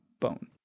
bone